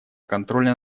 контроля